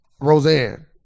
Roseanne